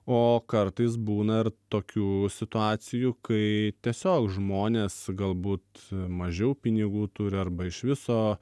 o kartais būna ir tokių situacijų kai tiesiog žmonės galbūt mažiau pinigų turi arba iš viso